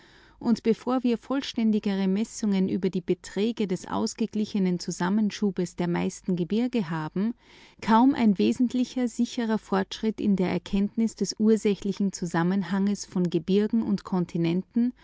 und bevor wir vollständigere messungen über die beträge des ausgeglichenen zusammenschubes der meisten gebirge haben kaum ein wesentlich sicherer fortschritt in der erkenntnis des ursächlichen zusammenhangs von gebirgen und kontinenten